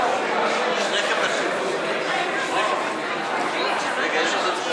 אי-אמון בממשלה לא נתקבלה.